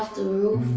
to